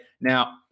Now